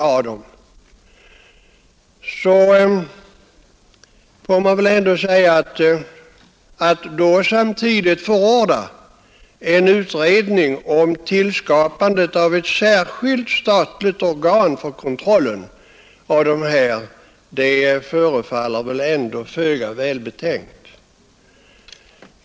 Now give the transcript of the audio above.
Att då samtidigt förorda tillsättandet av en utredning som skall ta ställning till huruvida ett särskilt statligt organ skall skapas för kontrollen av dessa oljetankar förefaller föga välbetänkt.